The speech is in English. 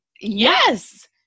Yes